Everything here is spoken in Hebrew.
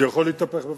זה יכול להתהפך בבת-אחת,